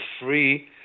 free